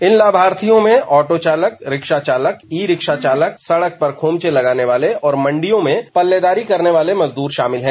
इन लाभार्थियों में ऑटो चालक रिक्शा चालक ई रिक्शा चालक सड़क पर खोंचा लगाने वाले और मंडियों में पल्लेदारी करने वाले मजदूर शामिल है